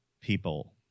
people